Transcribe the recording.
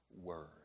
word